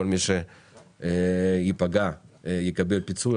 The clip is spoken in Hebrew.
כל מי שייפגע יקבל פיצוי,